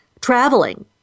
Traveling